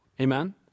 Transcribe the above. Amen